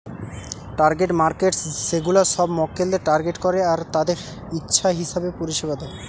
target markets সেগুলা সব মক্কেলদের টার্গেট করে আর তাদের ইচ্ছা হিসাবে পরিষেবা দেয়